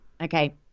Okay